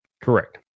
Correct